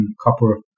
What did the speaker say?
copper